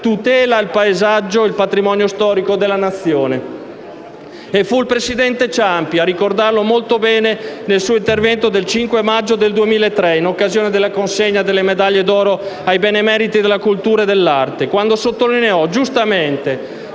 il presidente Ciampi